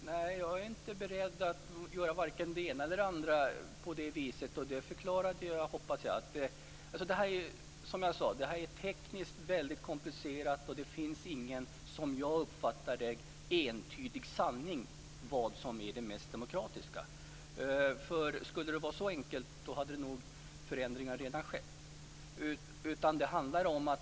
Fru talman! Nej, jag är inte beredd att göra vare sig det ena eller det andra, och det hoppas jag att jag förklarade. Detta är tekniskt väldigt komplicerat. Som jag uppfattar det finns det ingen entydig sanning om vilket som är det mest demokratiska. Skulle det vara så enkelt hade nog förändringar redan skett.